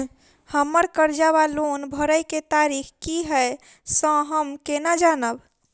हम्मर कर्जा वा लोन भरय केँ तारीख की हय सँ हम केना जानब?